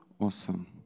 Awesome